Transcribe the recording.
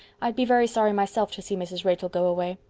i'd be very sorry myself to see mrs. rachel go away.